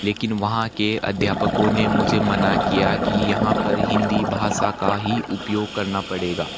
लेकिन वहाँ के अध्यापकों ने मुझे मना किया कि यहाँ पर हिंदी भाषा का ही उपयोग करना पड़ेगा